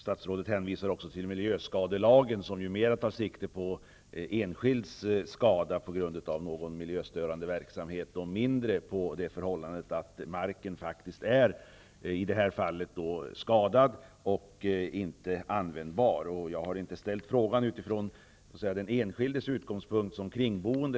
Statsrådet hänvisar också till miljöskadelagen, som mera tar sikte på enskilds skada på grund av miljöstörande verksamhet och mindre på det förhållandet att marken faktisk är skadad och inte användbar. Jag har inte ställt frågan från den enskildes utgångspunkt såsom kringboende.